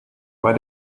war